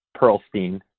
Perlstein